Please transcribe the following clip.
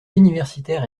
universitaires